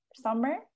summer